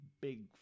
Big